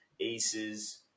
aces